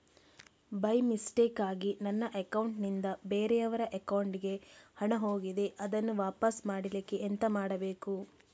By ಮಿಸ್ಟೇಕಾಗಿ ನನ್ನ account ನಿಂದ ಬೇರೆಯವರ ಅಕೌಂಟ್ ಗೆ ಹಣ ಹೋಗಿದೆ ಅದನ್ನು ವಾಪಸ್ ಪಡಿಲಿಕ್ಕೆ ಎಂತ ಮಾಡಬೇಕು?